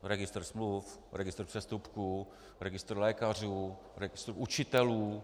Registr smluv, registr přestupků, registr lékařů, registr učitelů.